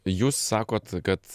jūs sakot kad